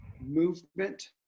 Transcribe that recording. movement